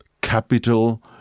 capital